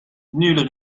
nul